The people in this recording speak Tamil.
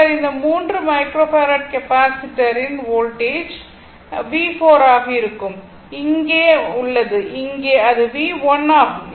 பின்னர் இந்த 3 மைக்ரோஃபாரட் கெபாசிட்டரின் வோல்டேஜ் V4 ஆகும் இங்கே உள்ளது இங்கே அது V1 ஆகும்